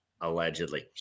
allegedly